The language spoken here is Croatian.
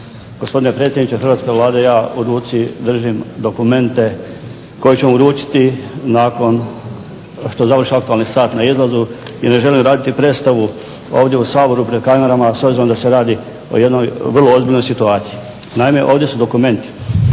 Gospodine predsjedniče hrvatske Vlade, ja u ruci držim dokumente koje ću vam uručiti nakon što završi aktualni sat na izlazu i ne želim raditi predstavu ovdje u Saboru pred kamerama s obzirom da se radi o jednoj vrlo ozbiljnoj situaciji. Naime, ovdje su dokumenti